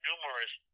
Numerous